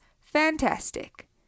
fantastic